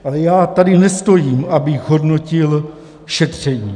Ale já tady nestojím, abych hodnotil šetření.